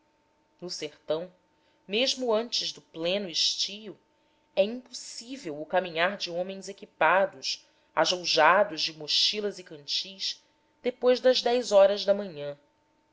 no sertão mesmo antes do pleno estio é impossível o caminhar de homens equipados ajoujados de mochilas e cantis depois das dez horas da manhã